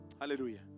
Hallelujah